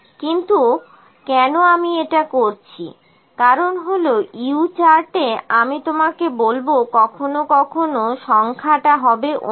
কিন্তু কেন আমি এটা করছি কারণ হলো U চার্ট এ আমি তোমাকে বলব কখনো কখনো সংখ্যাটা হবে অন্য